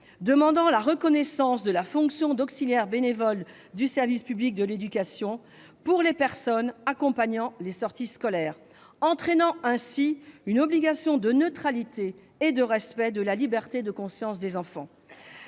demandant la reconnaissance de la fonction d'auxiliaire bénévole du service public de l'éducation pour les personnes accompagnant les sorties scolaires, ce qui entraînerait pour ces personnes une obligation de neutralité et de respect de la liberté de conscience des enfants.